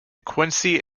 quincy